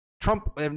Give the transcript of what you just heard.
Trump